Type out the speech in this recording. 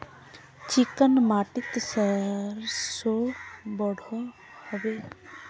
Chicken माटित सरसों बढ़ो होबे?